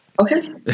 Okay